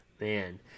Man